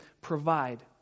provide